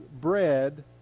bread